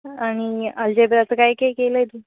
आणि आल्जेब्राचं काय काय केलं आहे तू